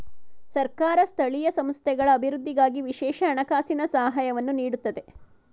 ಸರ್ಕಾರ ಸ್ಥಳೀಯ ಸಂಸ್ಥೆಗಳ ಅಭಿವೃದ್ಧಿಗಾಗಿ ವಿಶೇಷ ಹಣಕಾಸಿನ ಸಹಾಯವನ್ನು ನೀಡುತ್ತದೆ